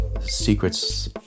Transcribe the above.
Secrets